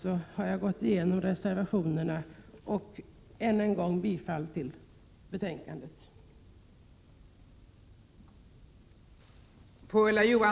Jag vill än en gång yrka bifall till utskottets hemställan.